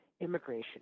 immigration